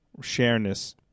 shareness